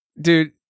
dude